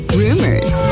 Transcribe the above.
rumors